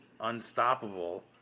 unstoppable